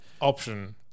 option